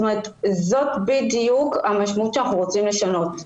זאת בדיוק המשמעות שאנחנו רוצים לשנות.